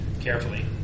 carefully